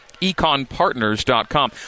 econpartners.com